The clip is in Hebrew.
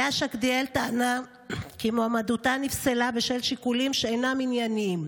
לאה שקדיאל טענה כי מועמדותה נפסלה בשל שיקולים שאינם ענייניים.